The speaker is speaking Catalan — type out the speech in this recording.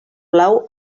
blau